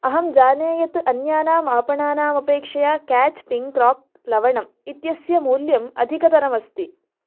अहं जाने यत् अन्यानाम् आपणानाम् अपेक्षया केच् पिङ्क् राक् लवणम् इत्यस्य मूल्यम् अधिकतरमस्ति